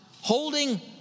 holding